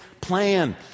plan